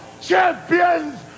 champions